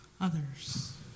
Others